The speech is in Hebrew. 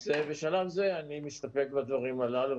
אז בשלב זה אני מסתפק בדברים הללו.